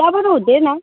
त्यहाँबाट हुँदैन